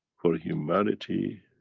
for humanity,